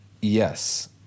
yes